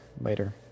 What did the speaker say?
later